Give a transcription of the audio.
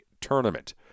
tournament